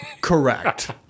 Correct